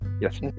Yes